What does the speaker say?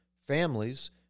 families